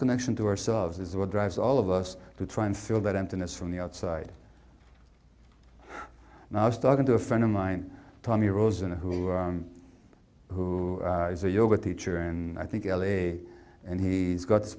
connection to ourselves is what drives all of us to try and fill that emptiness from the outside and i was talking to a friend of mine tommy rosen who who is a yoga teacher and i think l a and he's got this